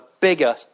bigger